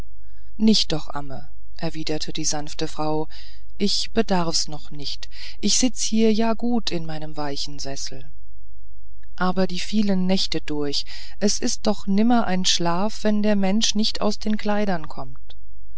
nicht doch amme erwiderte die sanfte frau ich bedarf's noch nicht ich sitze hier ja gut in meinem weichen sessel aber die vielen nächte durch es ist doch nimmer ein schlaf wenn der mensch nicht aus den kleidern kommt